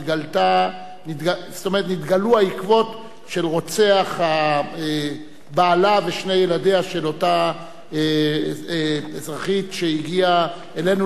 העקבות של רוצח בעלה ושני ילדיה של אותה אזרחית שהגיעה אלינו לכנסת,